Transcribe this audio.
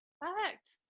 perfect